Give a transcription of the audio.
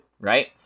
right